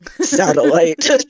Satellite